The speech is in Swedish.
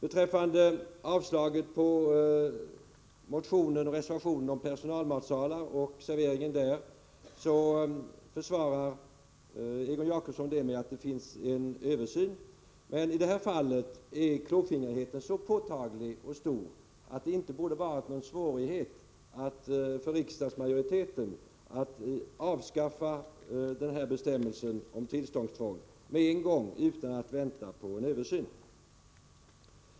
Avslagsyrkandet på motionen och reservationen om servering i personalmatsalar försvarar Egon Jacobsson med att det pågår en översyn. I det fallet är emellertid klåfingrigheten så påtaglig och så stor, att det inte borde vara någon svårighet för riksdagsmajoriteten att med en gång avskaffa bestämmelsen om tillståndstvång utan att vänta på en översyn.